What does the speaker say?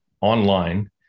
online